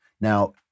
Now